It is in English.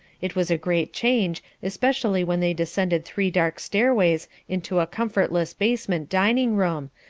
it was a great change, especially when they descended three dark stairways into a comfortless basement dining-room,